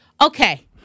Okay